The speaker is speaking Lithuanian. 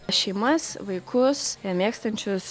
šeimas vaikus mėgstančius